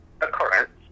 occurrence